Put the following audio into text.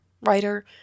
writer